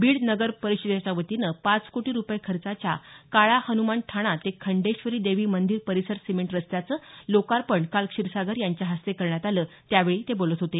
बीड नगर परिषदेच्यावतीनं पाच कोटी रुपये खर्चाच्या काळा हनुमान ठाणा ते खंडेश्वरी देवी मंदिर परिसर सिमेंट रस्त्याचं लोकार्पण काल क्षीरसागर यांच्या हस्ते करण्यात आलं त्यावेळी ते बोलत होते